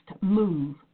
Move